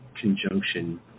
conjunction